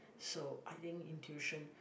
so I think intuition